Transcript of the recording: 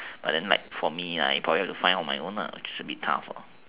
but then like for me like I probably have to find out on my own it should be tough